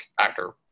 actor